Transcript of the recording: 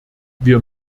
wir